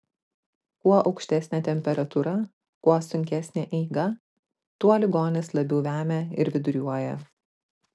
kuo aukštesnė temperatūra kuo sunkesnė eiga tuo ligonis labiau vemia ir viduriuoja